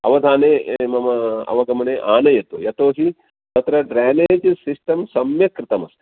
अवधाने मम अवगमने आनयतु यतो हि तत्र ड्रेनेज् सिस्टं सम्यक् कृतमस्ति